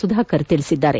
ಸುಧಾಕರ್ ತಿಳಿಸಿದ್ದಾರೆ